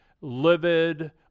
livid